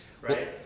right